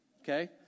okay